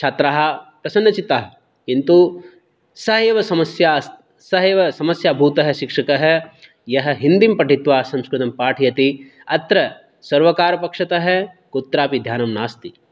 छात्राः प्रसन्नचित्ताः किन्तु सः एव समस्या सः एव समस्याभूतः शिक्षकः यः हिन्दीं पठित्वा संस्कृतं पाठयति अत्र सर्वकारपक्षतः कुत्रापि ध्यानं नास्ति